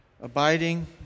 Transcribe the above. Abiding